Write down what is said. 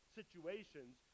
situations